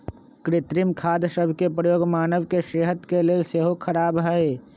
कृत्रिम खाद सभ के प्रयोग मानव के सेहत के लेल सेहो ख़राब हइ